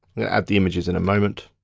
yeah add the images in a moment.